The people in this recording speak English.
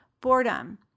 Boredom